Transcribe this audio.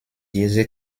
diese